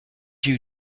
you